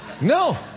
No